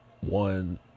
one